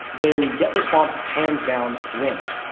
then get response, hands down wins.